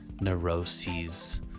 neuroses